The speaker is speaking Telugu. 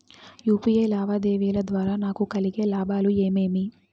యు.పి.ఐ లావాదేవీల ద్వారా నాకు కలిగే లాభాలు ఏమేమీ?